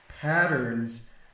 patterns